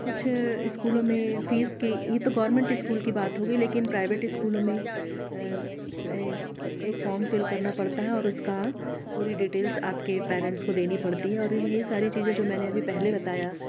कुछ स्कूलों में फीस के ये तो गोरमेंट स्कूल की बात हो गई लेकिन प्राइवेट स्कूलों में एक फॉर्म फिल करना पड़ता है और उसका पूरी डिटेल्स आपके पैरेंट्स को देनी पड़ती है और ये सारी चीज़ें जो मैंने अभी पहले बताया